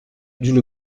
d’une